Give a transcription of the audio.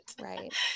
Right